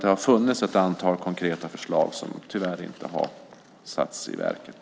Det har funnits ett antal konkreta förslag som tyvärr inte har satts i verket.